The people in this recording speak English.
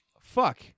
Fuck